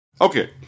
Okay